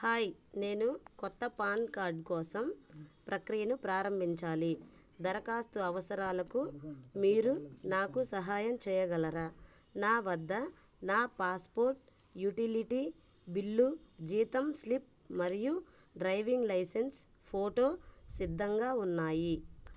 hi నేను కొత్త PAN card కోసం ప్రక్రియను ప్రారంభించాలి దరఖాస్తు అవసరాలకు మీరు నాకు సహాయం చేయగలరా నా వద్ద నా పాస్పోర్ట్ యుటిలిటీ బిల్లు జీతం స్లిప్ మరియు డ్రైవింగ్ లైసెన్స్ ఫోటో సిద్ధంగా ఉన్నాయి